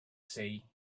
see